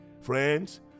Friends